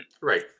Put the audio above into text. Right